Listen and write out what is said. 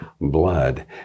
blood